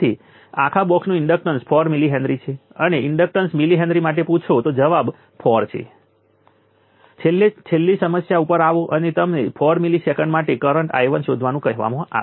અલબત્ત જો તમે આ વળાંકને ઇન્ટિગ્રેટ કરવામાં મુશ્કેલી પડે છે તો તમને બરાબર સમાન વોલ્યુમ મળશે